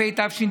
בחסד?